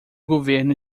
governo